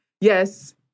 yes